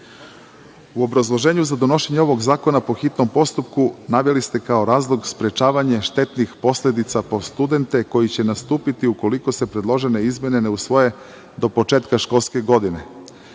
obrazloženju za donošenja ovoga zakona, po hitnom postupku, naveli ste kao razlog sprečavanje štetnih posledica po studente, koji će nastupiti ukoliko se predložene izmene ne usvoje do početka školske godine.